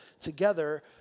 together